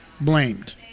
blamed